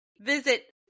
visit